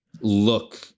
look